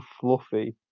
fluffy